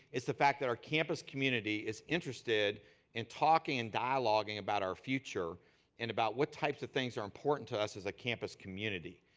it's the fact that our campus community is interested in talking and dialoguing about our future and about what types of things are important to us as a campus community.